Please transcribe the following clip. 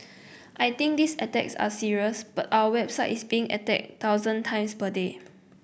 I think these attacks are serious but our own website is being attacked thousands times per day